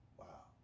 wow